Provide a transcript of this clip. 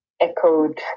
echoed